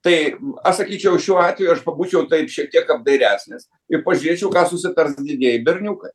tai aš sakyčiau šiuo atveju aš pabūčiau taip šiek tiek apdairesnis ir pažiūrėčiau ką susitars didieji berniukai